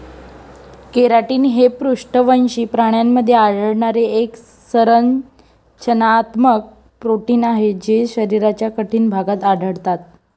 keratin हे पृष्ठवंशी प्राण्यांमध्ये आढळणारे एक संरचनात्मक प्रोटीन आहे जे शरीराच्या कठीण भागात आढळतात